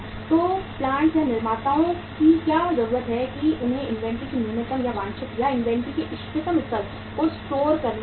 तो पौधों या निर्माताओं की क्या जरूरत है कि उन्हें इन्वेंट्री को न्यूनतम या वांछित या इन्वेंट्री के इष्टतम स्तर को स्टोर करना होगा